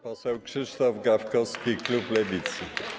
Poseł Krzysztof Gawkowski, klub Lewicy.